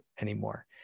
anymore